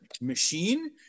machine